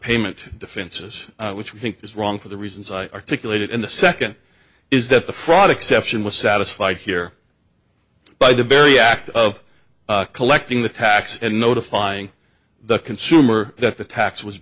payment defenses which we think is wrong for the reasons i articulated in the second is that the fraud exception was satisfied here by the very act of collecting the tax and notifying the consumer that the tax was